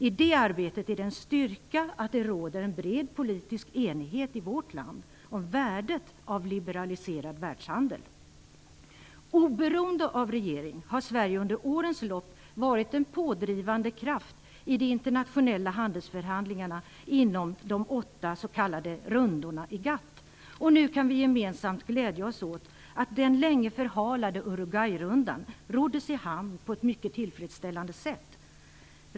I det arbetet är det en styrka att det råder en bred politisk enighet i vårt land om värdet av en liberaliserad världshandel. Oberoende av regering har Sverige under årens lopp varit en pådrivande kraft i de internationella handelsförhandlingarna inom de åtta s.k. rundorna i GATT. Nu kan vi gemensamt glädja oss åt att den länge förhalade Uruguayrundan roddes i hamn på ett mycket tillfredsställande sätt.